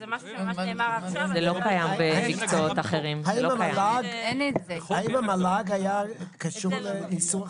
זה משהו שנאמר ממש עכשיו -- האם המל"ג היה קשור לאיסור?